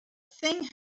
thing